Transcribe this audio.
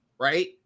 right